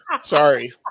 Sorry